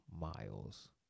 miles